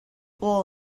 wall